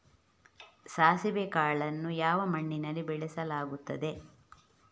ಸಾಸಿವೆ ಕಾಳನ್ನು ಯಾವ ಮಣ್ಣಿನಲ್ಲಿ ಬೆಳೆಸಲಾಗುತ್ತದೆ?